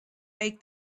make